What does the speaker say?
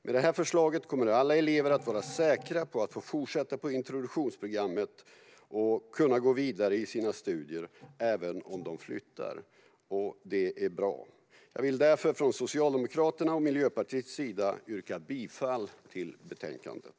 Med detta förslag kommer alla elever att vara säkra på att få fortsätta på introduktionsprogrammet och kunna gå vidare i sina studier även om de flyttar. Detta är bra. Jag vill därför från Socialdemokraternas och Miljöpartiets sida yrka bifall till förslaget i betänkandet.